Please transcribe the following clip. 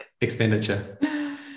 expenditure